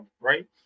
right